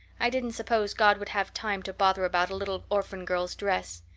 i didn't suppose god would have time to bother about a little orphan girl's dress.